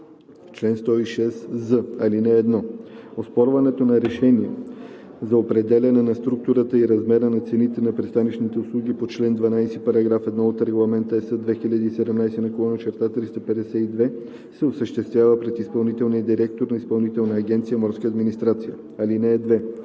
Чл. 106з. (1) Оспорването на решения за определяне на структурата и размера на цените на пристанищните услуги по чл. 12, параграф 1 от Регламент (ЕС) 2017/352 се осъществява пред изпълнителния директор на Изпълнителна агенция „Морска администрация“. (2)